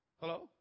Hello